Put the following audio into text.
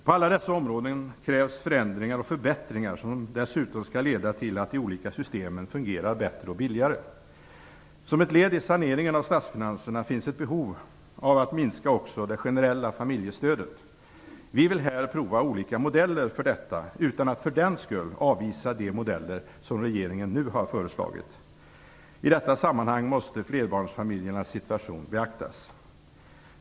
På alla dessa områden krävs förändringar och förbättringar, som dessutom skall leda till att de olika systemen fungerar bättre och billigare. Som ett led i saneringen av statsfinanserna finns ett behov av att minska också det generella familjestödet. Vi vill prova olika modeller för detta utan att för den skull avvisa de modeller som regeringen nu har föreslagit. I detta sammanhang måste flerbarnsfamiljernas situation beaktas.